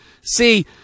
see